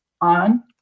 on